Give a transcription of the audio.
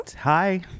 Hi